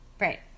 Right